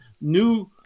new